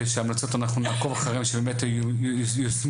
וההמלצות אנחנו נעקוב אחריהם שבאמת הם ייושמו